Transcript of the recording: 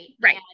Right